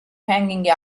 hanging